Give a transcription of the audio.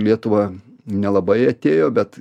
lietuvą nelabai atėjo bet